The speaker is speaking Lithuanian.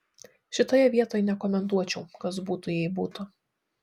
šitoje vietoj nekomentuočiau kas būtų jei būtų